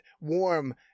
warm